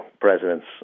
Presidents